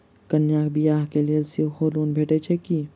कन्याक बियाह लेल सेहो लोन भेटैत छैक की?